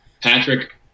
Patrick